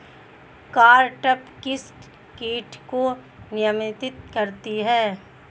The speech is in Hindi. कारटाप किस किट को नियंत्रित करती है?